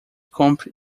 compre